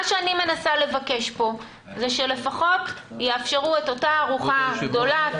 מה שאני מנסה לבקש פה הוא שלפחות יאפשרו את אותה ארוחה גדולה,